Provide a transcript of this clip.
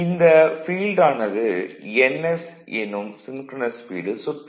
இந்த ஃபீல்டானது 'ns' என்னும் சின்க்ரனஸ் ஸ்பீடில் சுற்றும்